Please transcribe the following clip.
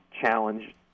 challenge